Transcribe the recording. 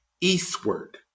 eastward